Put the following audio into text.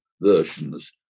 versions